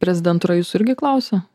prezidentūra jūso irgi klausė